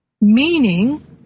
meaning